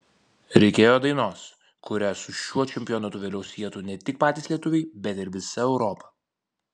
reikėjo dainos kurią su šiuo čempionatu vėliau sietų ne tik patys lietuviai bet ir visa europa